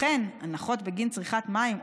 לכן הנחות בגין צריכת מים,